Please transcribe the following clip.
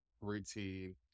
routine